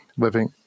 living